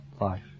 life